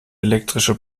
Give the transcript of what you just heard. elektrische